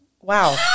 Wow